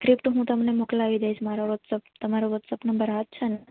script હું તમને મોકલાવી દઈશ મારો વોટ્સઅપ તમારો વ્હોટ્સઅપ નંબર આજ ને